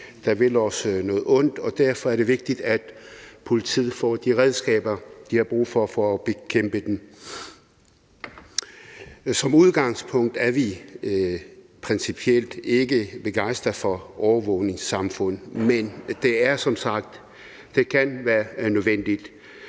der vil os noget ondt, og derfor er det vigtigt, at politiet får de redskaber, de har brug for, for at bekæmpe dem. Som udgangspunkt er vi principielt ikke begejstrede for overvågningssamfund, men det kan som sagt være nødvendigt.